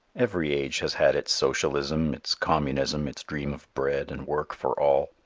every age has had its socialism, its communism, its dream of bread and work for all.